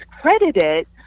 credited